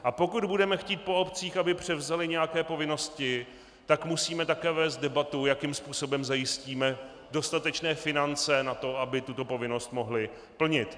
A pokud budeme chtít po obcích, aby převzaly nějaké povinnosti, tak musíme také vést debatu, jakým způsobem zajistíme dostatečné finance na to, aby tuto povinnost mohly plnit.